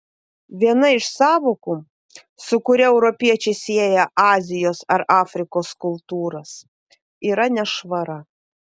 viena iš sąvokų su kuria europiečiai sieja azijos ar afrikos kultūras yra nešvara